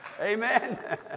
Amen